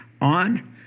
on